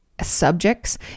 subjects